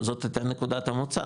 זאת הייתה נקודת המוצא.